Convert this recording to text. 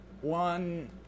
one